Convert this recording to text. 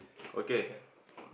okay